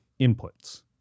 inputs